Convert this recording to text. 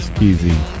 Easy